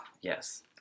yes